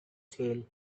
tail